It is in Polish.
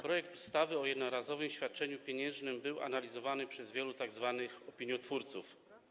Projekt ustawy o jednorazowym świadczeniu pieniężnym był analizowany przez wielu opiniotwórców.